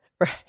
right